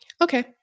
Okay